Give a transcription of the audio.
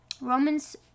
Romans